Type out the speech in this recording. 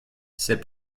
c’est